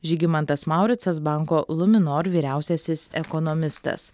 žygimantas mauricas banko luminor vyriausiasis ekonomistas